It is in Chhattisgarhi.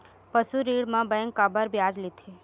पशु ऋण म बैंक काबर ब्याज लेथे?